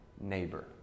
neighbor